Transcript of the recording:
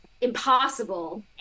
impossible